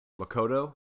Makoto